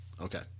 Okay